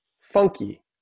funky